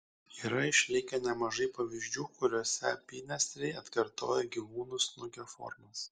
yra išlikę nemažai pavyzdžių kuriuose apynasriai atkartoja gyvūnų snukio formas